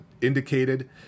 indicated